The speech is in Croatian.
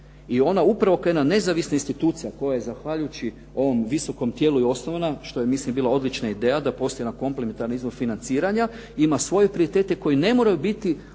i ona upravo kao jedna nezavisna institucija koja je zahvaljujući ovom visokom tijelu i osnovana, što je mislim bila odlična ideja da postoji jedan komplementaran izvor financiranja, ima svoje prioritete koji ne moraju biti